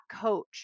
coach